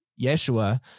Yeshua